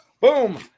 Boom